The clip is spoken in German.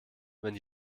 wenn